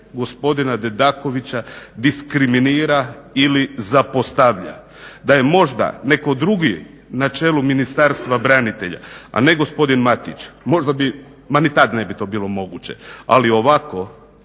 gospodina Dedakovića diskriminira ili zapostavlja, da je možda netko drugi na čelu Ministarstva branitelja a ne gospodin Matić, možda bi, ma ni tad to ne bi bilo moguće. Ali ovako